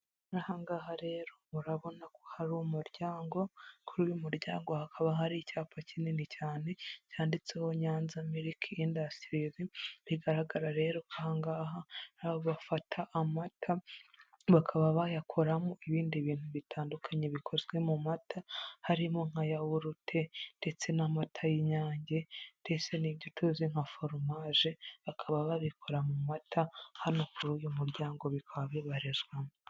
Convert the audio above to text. Aha ngaha rero urabona ko hari umuryango, kuri uyu muryango hakaba hari icyapa kinini cyane, cyanditseho Nyanza miriki indasitirizi, bigaragara rero ko aha ngaha ari aho bafata amata bakaba bayakoramo ibindi bintu bitandukanye bikozwe mumata, harimo nka yawurute, ndetse n'amata y'inyange ndetse n'ibyo tuzi nka forumaje, bakaba babikora mu mata, hano kuri uyu muryango bikaba bibarizwamo.